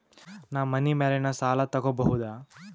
ನಾ ಮನಿ ಮ್ಯಾಲಿನ ಸಾಲ ತಗೋಬಹುದಾ?